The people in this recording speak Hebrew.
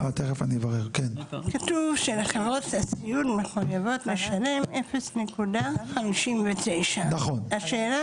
כתוב שחברות הסיעוד מחויבות לשלם 0.59. השאלה